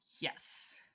Yes